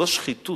זו שחיתות.